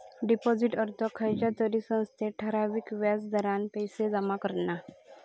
डिपाॅजिटचो अर्थ खयच्या तरी संस्थेत ठराविक व्याज दरान पैशे जमा करणा